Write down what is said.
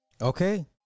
Okay